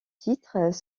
titres